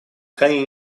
крайне